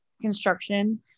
construction